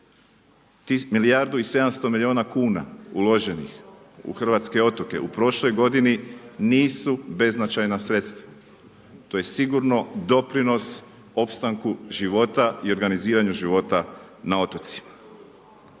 Tih milijardu i 700 milijuna kuna uloženih u hrvatske otoke u prošloj godini nisu beznačajna sredstva. To je sigurno doprinos opstanku života i organiziranju života na otocima.